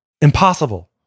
Impossible